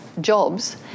jobs